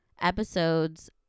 episodes